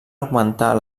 augmentar